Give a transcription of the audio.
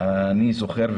אני זוכר,